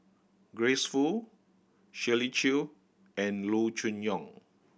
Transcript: Grace Fu Shirley Chew and Loo Choon Yong